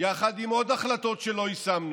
יחד עם עוד החלטות שלא יישמנו,